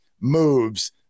moves